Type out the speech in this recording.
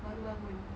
baru bangun